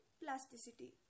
plasticity